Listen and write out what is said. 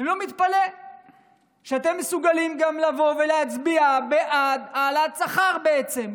אני לא מתפלא שאתם מסוגלים גם לבוא ולהצביע בעד העלאת שכר בעצם.